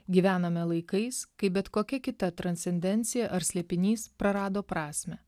gyvename laikais kai bet kokia kita transcendencija ar slėpinys prarado prasmę